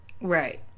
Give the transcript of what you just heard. Right